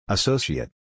Associate